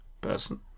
person